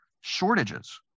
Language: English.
shortages